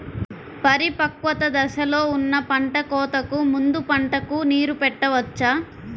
పరిపక్వత దశలో ఉన్న పంట కోతకు ముందు పంటకు నీరు పెట్టవచ్చా?